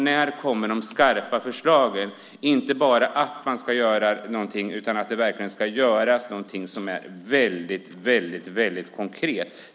När kommer de skarpa förslagen - inte bara att man ska göra någonting utan att det verkligen ska göras någonting som är väldigt konkret?